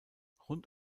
rund